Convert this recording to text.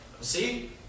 see